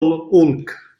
hulk